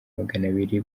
maganabiri